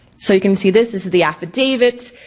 so you can see this is the affidavits,